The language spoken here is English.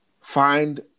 find